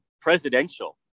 presidential